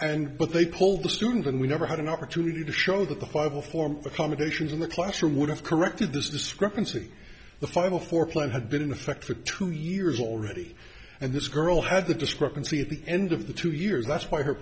and but they pulled the student and we never had an opportunity to show that the five of form accommodations in the classroom would have corrected this discrepancy the final four plan had been in effect for two years already and this girl had the discrepancy at the end of the two years